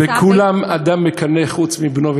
בכולם אדם מקנא חוץ מבנו ותלמידו.